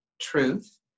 truth